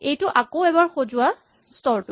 এইটো আকৌ এবাৰ সজোৱা স্তৰটো